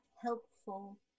helpful